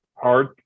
Hard